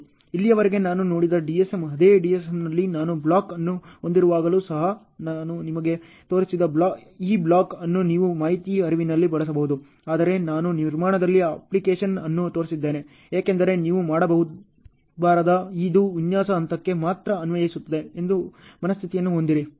ಇಲ್ಲಿಯವರೆಗೆ ನಾವು ನೋಡಿದ್ದು ಡಿಎಸ್ಎಮ್ ಅದೇ ಡಿಎಸ್ಎಮ್ನಲ್ಲಿ ನಾನು ಬ್ಲಾಕ್ ಅನ್ನು ಹೊಂದಿರುವಾಗಲೂ ಸಹ ನಾನು ನಿಮಗೆ ತೋರಿಸಿದ ಈ ಬ್ಲಾಕ್ ಅನ್ನು ನೀವು ಮಾಹಿತಿ ಹರಿವಿನಲ್ಲಿ ಬಳಸಬಹುದು ಆದರೆ ನಾನು ನಿರ್ಮಾಣದಲ್ಲಿ ಅಪ್ಲಿಕೇಶನ್ ಅನ್ನು ತೋರಿಸಿದ್ದೇನೆ ಏಕೆಂದರೆ ನೀವು ಮಾಡಬಾರದು ಇದು ವಿನ್ಯಾಸ ಹಂತಕ್ಕೆ ಮಾತ್ರ ಅನ್ವಯಿಸುತ್ತದೆ ಎಂಬ ಮನಸ್ಥಿತಿಯನ್ನು ಹೊಂದಿರಿ